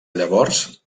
llavors